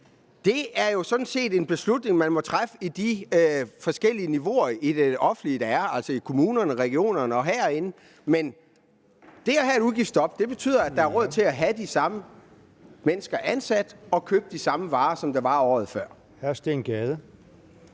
det er sådan set en beslutning, der må træffes på de forskellige niveauer i det offentlige, der er: kommunerne, regionerne og herinde. Men det at have et udgiftsstop betyder, at der er råd til at have de samme mennesker ansat og købe de samme varer som året før. Kl.